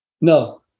No